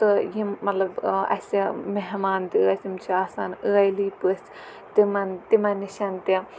تہٕ یِم مطلب اَسہِ مہمان تہِ ٲسۍ تِم چھِ آسان ٲلی پٔژھۍ تِمَن تِمَن نِش تہِ